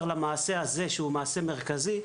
למעשה הזה, שהוא מעשה מרכזי,